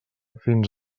fins